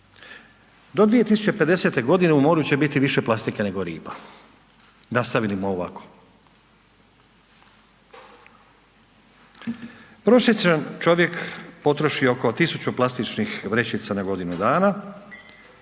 Do 2050.g. u moru će biti više plastike nego riba nastavimo li ovako. Prosječan čovjek potroši oko 1000 plastičnih vrećica na godinu dana,